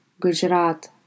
Gujarat